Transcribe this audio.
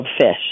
fish